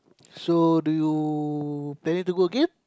so do you planning to go again